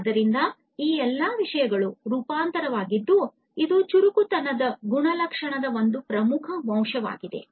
ಆದ್ದರಿಂದ ಈ ಎಲ್ಲಾ ವಿಷಯಗಳು ರೂಪಾಂತರವಾಗಿದ್ದು ಇದು ಚುರುಕುತನದ ಗುಣಲಕ್ಷಣದ ಒಂದು ಪ್ರಮುಖ ಅಂಶವಾಗಿದೆ